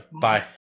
Bye